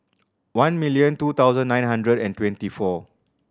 one million two thousand nine hundred and twenty four